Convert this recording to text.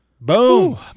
Boom